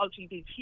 LGBT